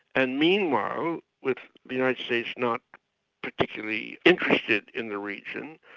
and meanwhile with the united states not particularly interested in the region,